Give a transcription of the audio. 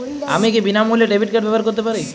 আমি কি বিনামূল্যে ডেবিট কার্ড ব্যাবহার করতে পারি?